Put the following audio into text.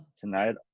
tonight